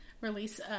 release